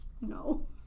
no